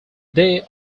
they